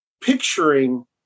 picturing